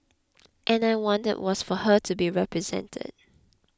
and I wanted was for her to be represented